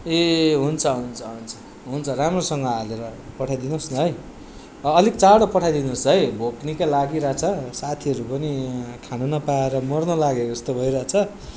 ए हुन्छ हुन्छ हुन्छ हुन्छ राम्रोसँग हालेर पठाइदिनुहोस् न है अलिक चाँडो पठाइदिनुहोस् है भोक निकै लागिरहेछ साथीहरू पनि खानु नपाएर मर्नु लागेको जस्तो भइरहेछ